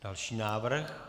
Další návrh.